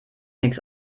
nichts